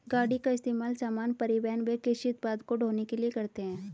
गाड़ी का इस्तेमाल सामान, परिवहन व कृषि उत्पाद को ढ़ोने के लिए करते है